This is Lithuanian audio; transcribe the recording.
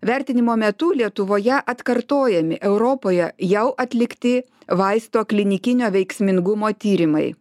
vertinimo metu lietuvoje atkartojami europoje jau atlikti vaisto klinikinio veiksmingumo tyrimai